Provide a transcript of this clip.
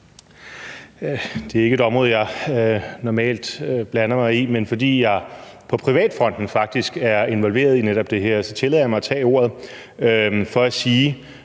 Det er ikke et område, jeg normalt blander mig i, men fordi jeg på privatfronten faktisk er involveret i netop det her, tillader jeg mig at tage ordet for at sige,